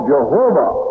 Jehovah